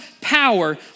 power